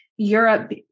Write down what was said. europe